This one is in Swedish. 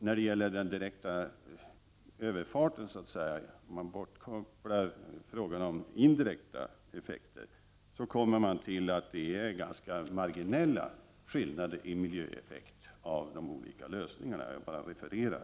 När det gäller den direkta överfarten — om man kopplar bort frågan om de indirekta effekterna — kommer man fram till att det är ganska marginella skillnader i miljöeffekt av de olika lösningarna. Jag bara refererar.